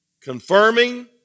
Confirming